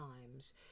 times